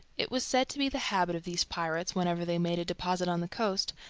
it was said to be the habit of these pirates, whenever they made a deposit on the coast,